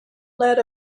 led